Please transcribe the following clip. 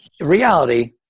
reality